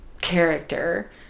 character